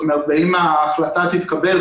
באם ההחלטה תתקבל.